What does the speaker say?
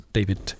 David